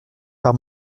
par